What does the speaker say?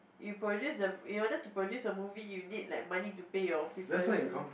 you produce a in order to produce a movie you need like money to pay your people below